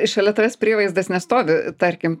šalia tavęs prievaizdas nestovi tarkim